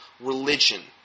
Religion